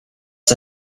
the